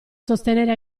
sostenere